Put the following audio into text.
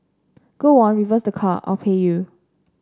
go on reverse the car I'll pay you